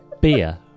beer